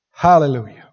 Hallelujah